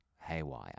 haywire